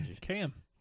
Cam